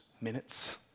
minutes